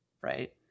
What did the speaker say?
right